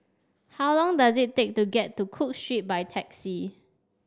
how long does it take to get to Cook Street by taxi